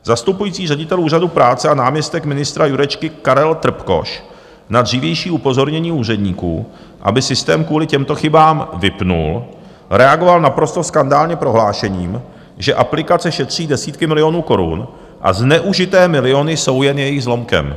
Zastupující ředitel Úřadu práce a náměstek ministra Jurečky Karel Trpkoš na dřívější upozornění úředníků, aby systém kvůli těmto chybám vypnul, reagoval naprosto skandálně prohlášením, že aplikace šetří desítky milionů korun a zneužité miliony jsou jen jejich zlomkem.